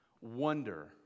wonder